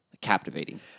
captivating